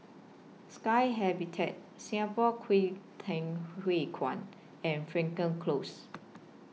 Sky Habitat Singapore Kwangtung Hui Kuan and Frankel Close